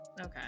Okay